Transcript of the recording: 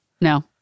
No